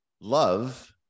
love